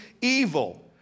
evil